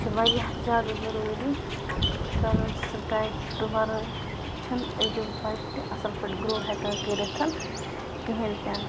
چھِ واریاہ زیادٕ ضروٗری بیلَنسٕڈ ڈایِٹ وَرٲے چھِنہٕ أزیُک بَچہِ تہِ اَصٕل پٲٹھۍ گرٛو ہٮ۪کان کٔرِتھ کِہیٖنۍ تہِ نہٕ